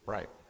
Right